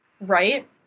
Right